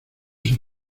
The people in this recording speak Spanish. sus